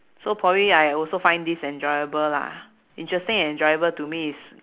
so probably I also find this enjoyable lah interesting and enjoyable to me is